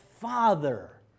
Father